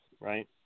right